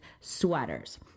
sweaters